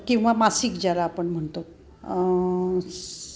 किंवा मासिक ज्याला आपण म्हणतो